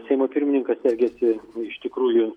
seimo pirmininkas elgiasi iš tikrųjų